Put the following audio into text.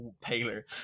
paler